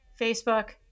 Facebook